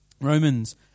Romans